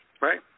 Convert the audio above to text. Right